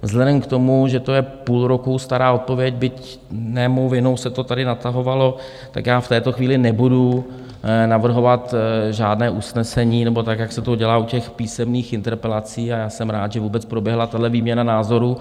Vzhledem k tomu, že to je půl roku stará odpověď, byť ne mou vinou se to tady natahovalo, tak v této chvíli nebudu navrhovat žádné usnesení nebo tak, jak se to dělá u písemných interpelací, a jsem rád, že vůbec proběhla tahle výměna názorů.